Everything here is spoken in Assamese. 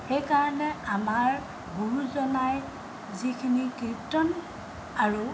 সেইকাৰণে আমাৰ গুৰুজনাই যিখিনি কীৰ্তন আৰু